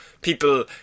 people